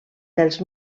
dels